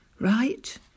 Right